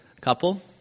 couple